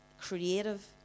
creative